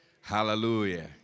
Hallelujah